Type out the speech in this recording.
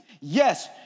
Yes